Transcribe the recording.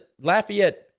Lafayette